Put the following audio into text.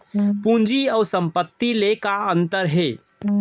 पूंजी अऊ संपत्ति ले का अंतर हे?